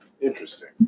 Interesting